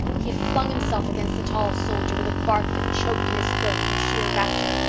he flung himself against the tall soldier, with a bark that choked in his throat from sheer rapture.